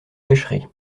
pêcherez